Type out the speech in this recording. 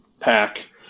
Pack